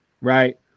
right